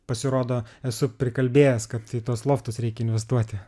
pasirodo esu prikalbėjęs kad tai tuos loftus reikia investuoti